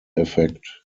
effect